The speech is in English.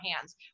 hands